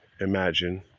imagine